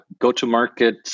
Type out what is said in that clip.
go-to-market